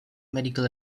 medical